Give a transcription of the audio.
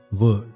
word